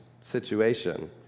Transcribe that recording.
situation